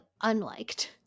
unliked